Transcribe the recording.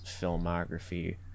filmography